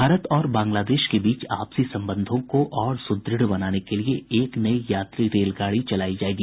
भारत और बांग्लादेश के बीच आपसी संबंधों को और सुदृढ बनाने के लिए एक नई यात्री रेलगाड़ी चलाई जाएगी